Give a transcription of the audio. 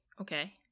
Okay